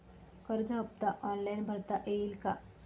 कर्ज हफ्ता ऑनलाईन भरता येईल का?